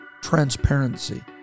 transparency